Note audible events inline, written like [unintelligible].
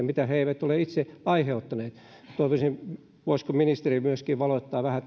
[unintelligible] mitä he eivät itse ole aiheuttaneet voisiko ministeri myöskin valottaa vähän [unintelligible]